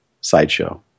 Sideshow